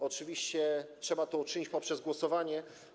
Oczywiście trzeba to uczynić przez głosowanie.